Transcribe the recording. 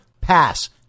Pass